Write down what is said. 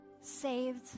saved